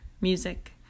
music